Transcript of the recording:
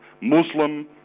Muslim